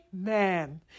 Amen